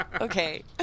Okay